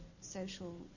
social